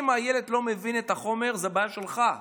אם הילד לא מבין את החומר זו בעיה שלך.